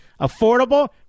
affordable